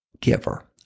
giver